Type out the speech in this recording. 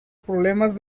problemas